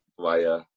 via